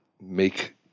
make